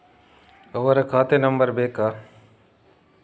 ಅವರ ಖಾತೆ ನಂಬರ್ ಬೇಕಾ?